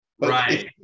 Right